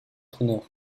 honneur